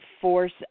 force